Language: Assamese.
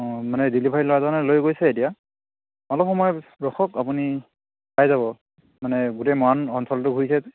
অঁ মানে ডেলিভাৰী ল'ৰাজনে লৈ গৈছে এতিয়া অলপ সময় ৰখক আপুনি পাই যাব মানে গোটেই মৰাণ অঞ্চলটো ঘূৰিছে